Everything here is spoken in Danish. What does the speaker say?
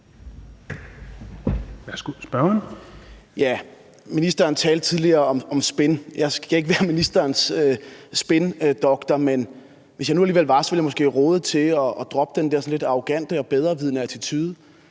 Ministeren talte tidligere om spin. Jeg skal ikke være ministerens spindoktor, men hvis jeg nu alligevel var, ville jeg måske råde til at droppe den der sådan lidt arrogante og bedrevidende attitude,